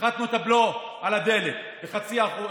הפחתנו את הבלו על הדלק בחצי שקל,